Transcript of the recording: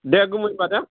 दे गुमै होनबा दे